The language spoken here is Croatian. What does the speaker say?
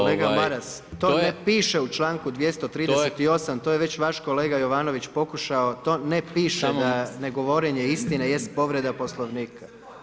Kolega Maras, to ne piše u članku 238., to je već vaš kolega Jovanović pokušao, to ne piše da ne govorenje istine jest povreda Poslovnika.